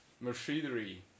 machinery